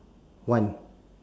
one